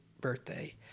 birthday